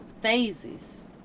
phases